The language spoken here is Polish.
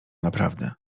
naprawdę